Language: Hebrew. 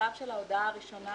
בשלב של ההודעה הראשונה